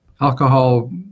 Alcohol